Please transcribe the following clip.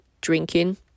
drinking